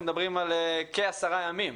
אנחנו מדברים על כ-10 ימים.